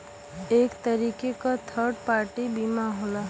एक तरीके क थर्ड पार्टी बीमा होला